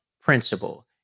principle